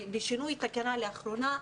בשינוי תקנה לאחרונה,